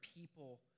people